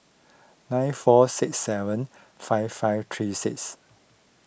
nine four six seven five five three six